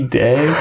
day